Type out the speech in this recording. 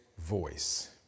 voice